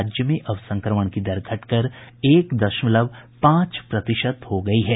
राज्य में अब संक्रमण की दर घटकर एक दशमलव पांच प्रतिशत हो गयी है